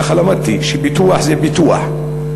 כך למדתי, שפיתוח זה פיתוח.